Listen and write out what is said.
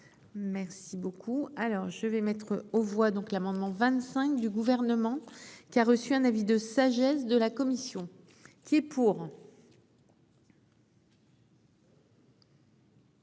Merci beaucoup. Alors je vais mettre aux voix donc l'amendement 25 du gouvernement qui a reçu un avis de sagesse de la commission qui est pour.